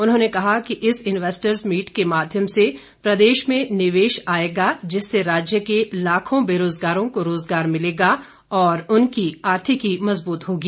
उन्होंने कहा कि इस इन्वेस्टर्स मीट के माध्यम से प्रदेश में निवेश आएगा जिससे राज्य के लाखों बेरोजगारों को रोजगार मिलेगा और उनकी आर्थिकी मजबूत होगी